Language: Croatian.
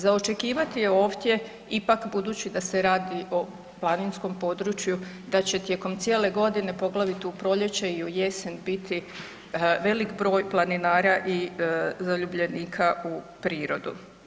Za očekivat je ovdje ipak budući da se radi o planinskom području da će tijekom cijele godine, poglavito u proljeće i u jesen biti velik broj planinara i zaljubljenika u prirodu.